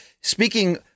speaking